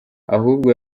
ahubwo